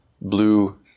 blue